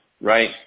right